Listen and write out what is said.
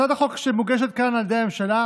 הצעת החוק שמוגשת כאן על ידי הממשלה,